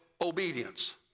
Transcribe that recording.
obedience